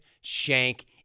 shank